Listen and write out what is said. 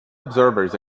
observers